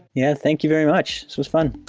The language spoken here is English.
yeah, thank you very much. this was fun.